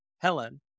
Helen